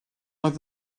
oedd